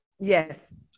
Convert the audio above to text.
Yes